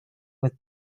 with